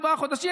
ארבעה חודשים,